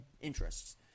interests